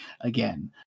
again